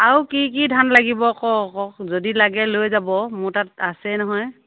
আৰু কি কি ধান লাগিব ক' আকৌ যদি লাগে লৈ যাম মোৰ তাৰ আছে নহয়